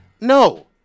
No